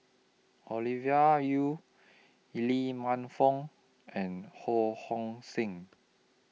Olivia Yu Lee Man Fong and Ho Hong Sing